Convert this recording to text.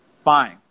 fine